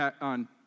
on